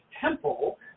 Temple